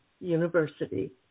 University